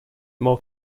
more